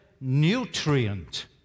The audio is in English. nutrient